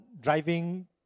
driving